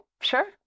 sure